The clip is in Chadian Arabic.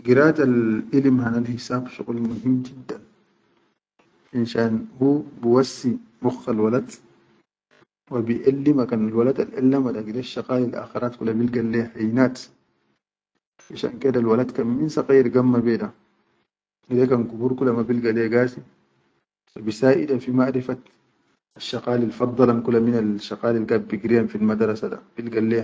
Giratal iʼlim hanal hisab shuqul muhim jiddan finshan hu bi wassi mukhal walad wa biʼellima kan walad el; ellamoda, gide shaqayil akharat da bilga hayinat finsahn ke da walad kan min sakayir gamma beya da gide kan kubur kula ma bilga le ya gasi wa bi saʼida fi ma difat asshaqalil gaid bigiriyan fil madarasa da bilga.